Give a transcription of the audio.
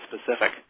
specific